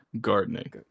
Gardening